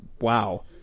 Wow